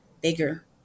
bigger